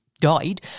died